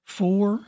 four